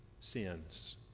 sins